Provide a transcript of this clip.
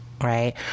Right